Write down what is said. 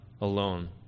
alone